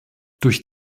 durch